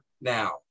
now